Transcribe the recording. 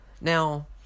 Now